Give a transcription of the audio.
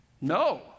No